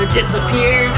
disappear